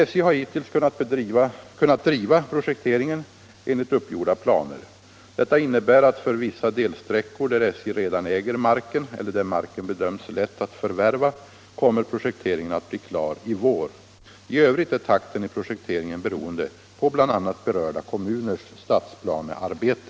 SJ har hittills kunnat driva projekteringen enligt uppgjorda planer. Detta innebär att för vissa delsträckor där SJ redan äger marken eller där marken bedöms lätt att förvärva kommer projekteringen att bli klar i vår. I övrigt är takten i projekteringen beroende på bl.a. berörda kommuners stadsplanearbete.